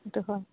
সেইটো হয়